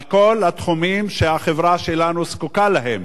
על כל התחומים שהחברה שלנו זקוקה להם.